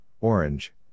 Orange